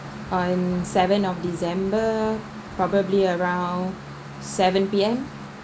on seven of december probably around seven P_M